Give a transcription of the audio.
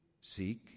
Seek